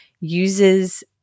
uses